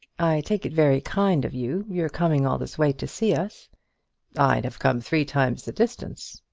i take it very kind of you, your coming all this way to see us i'd have come three times the distance.